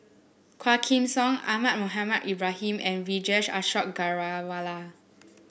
Quah Kim Song Ahmad Mohamed Ibrahim and Vijesh Ashok Ghariwala